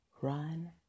Run